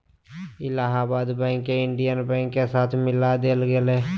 Allahabad bank के Indian bank के साथ मिला देल गेले